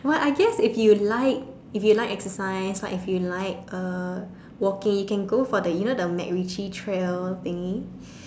but I guess if you like if you like exercise like if you like walking you know you can go the MacRitchie trail thingy